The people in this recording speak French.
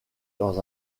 dans